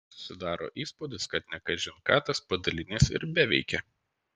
susidaro įspūdis kad ne kažin ką tas padalinys ir beveikė